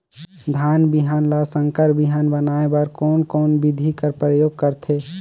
धान बिहान ल संकर बिहान बनाय बर कोन कोन बिधी कर प्रयोग करथे?